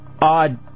odd